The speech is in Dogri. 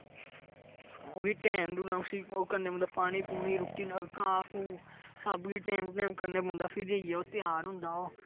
ओहबी टैंम टू टेंम उसी ओह् करने पौंदा पानी पोनी रुटी घाह् घू सब किश टैंम टू टेंम करने पौंदा फिर जाइयै ओह् त्यार होंदा ओह्